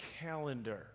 calendar